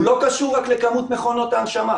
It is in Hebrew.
הוא לא קשור רק לכמות מכונות ההנשמה.